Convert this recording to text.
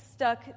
...stuck